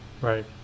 Right